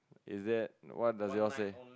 is that what does yours say